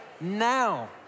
now